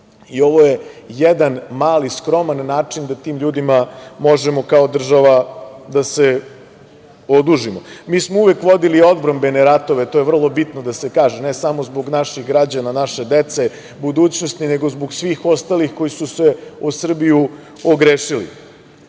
i ovo je jedan mali, skroman način da tim ljudima možemo kao država da se odužimo. Mi smo uvek vodili odbrambene ratove, to je vrlo bitno da se kaže, ne samo zbog naših građana, naše dece, budućnosti, nego zbog svih ostalih koji su se o Srbiju ogrešili.